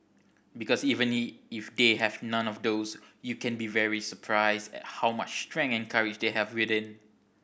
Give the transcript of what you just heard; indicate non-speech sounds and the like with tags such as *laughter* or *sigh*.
because even *unintelligible* if they have none of those you can be very surprised *unintelligible* how much strength and courage they have within